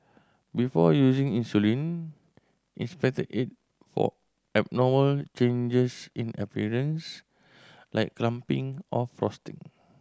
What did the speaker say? before using insulin inspect it for abnormal changes in appearance like clumping or frosting